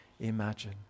imagine